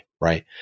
right